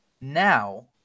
now